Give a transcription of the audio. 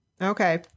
Okay